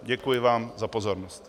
Děkuji vám za pozornost.